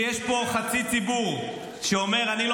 -- שיש פה חצי ציבור שאומר: אני,